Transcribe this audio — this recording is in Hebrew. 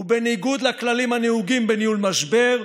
ובניגוד לכללים הנהוגים בניהול משבר,